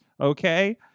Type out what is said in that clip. okay